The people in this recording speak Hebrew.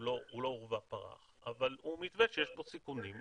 הוא לא עורבא פרח אבל הוא מתווה שיש בו סיכונים.